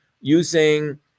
using